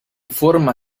forma